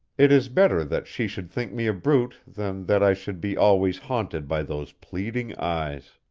it is better that she should think me a brute than that i should be always haunted by those pleading eyes.